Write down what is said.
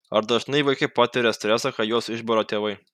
ar dažnai vaikai patiria stresą kai juos išbara tėvai